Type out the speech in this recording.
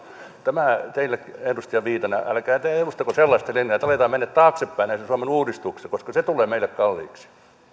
tämä teille edustaja viitanen älkää te edustako sellaista linjaa että aletaan mennä taaksepäin näissä suomen uudistuksissa koska se tulee meille kalliiksi